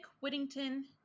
Whittington